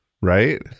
right